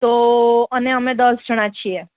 તો અને અમે દસ જણા છીએ